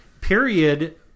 Period